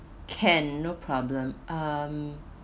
can no problem um